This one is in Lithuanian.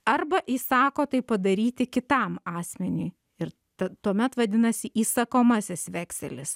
arba įsako tai padaryti kitam asmeniui ir ta tuomet vadinasi įsakomasis vekselis